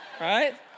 Right